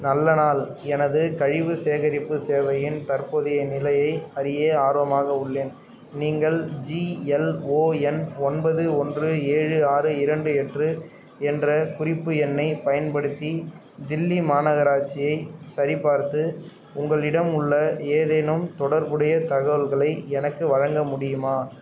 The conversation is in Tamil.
நல்ல நாள் எனது கழிவு சேகரிப்பு சேவையின் தற்போதைய நிலையை அறிய ஆர்வமாக உள்ளேன் நீங்கள் ஜி எல் ஓ என் ஒன்பது ஒன்று ஏழு ஆறு இரண்டு எட்டு என்ற குறிப்பு எண்ணைப் பயன்படுத்தி தில்லி மாநகராட்சியை சரிபார்த்து உங்களிடம் உள்ள ஏதேனும் தொடர்புடைய தகவல்களை எனக்கு வழங்க முடியுமா